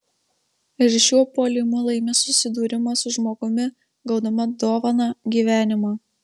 ir šiuo puolimu laimi susidūrimą su žmogumi gaudama dovaną gyvenimą